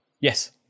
Yes